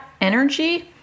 energy